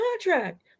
contract